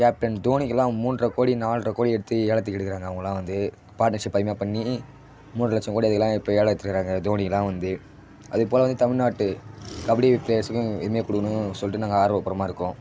captain தோனிக்கெலாம் மூன்றரை கோடி நால்ரை கோடி எடுத்து ஏலத்துக்கு எடுக்கிறாங்க அவங்கள்லாம் வந்து பார்ட்னர்ஷிப் அதிகமாக பண்ணி மூணு லட்சம் கோடி அதுக்கெல்லாம் இப்போ ஏலம் எடுத்துருக்கிறாங்க தோனியெல்லாம் வந்து அதே போல் வந்து தமிழ்நாட்டு கபடி ப்ளேயர்ஸ்சுக்கும் இதுமாதிரி கொடுக்கணும் சொல்லிட்டு நாங்கள் ஆர்வப்பூர்வமாக இருக்கோம்